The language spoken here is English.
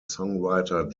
songwriter